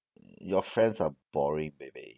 your friends are boring baby